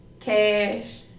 cash